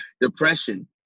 Depression